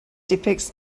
depicts